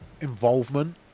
involvement